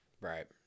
Right